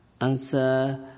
answer